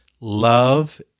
love